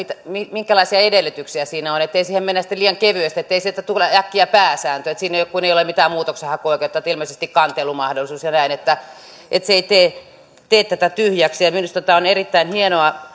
minkälaisia edellytyksiä siinä on ja että siihen ei mennä sitten liian kevyesti ettei siitä tule äkkiä pääsääntö siinä kun ei ole mitään muutoksenhakuoikeutta ilmeisesti kantelumahdollisuus ja näin ja että se ei tee tee tätä tyhjäksi minusta tämä on erittäin hienoa tämä